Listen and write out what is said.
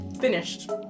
finished